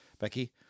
Becky